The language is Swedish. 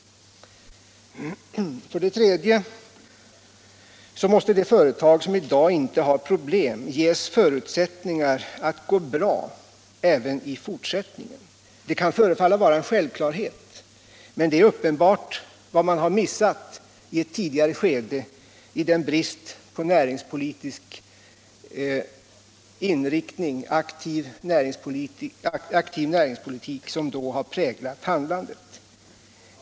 För det tredje måste de företag som i dag inte har problem ges förutsättningar att gå bra även i fortsättningen. Det kan förefalla vara en självklarhet men är uppenbarligen vad man har missat i ett tidigare skede med den brist på näringspolitisk inriktning och aktiv näringspolitik som då präglade handlandet.